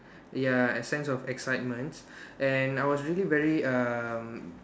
ya and sense of excitement and I was really very um